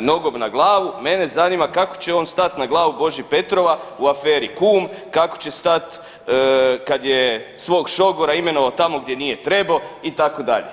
nogom na glavu, mene zanima kako će on stat na glavu Boži Petrova u aferi kum, kako će stat kad je svog šogora imenovao tamo gdje nije trebao itd.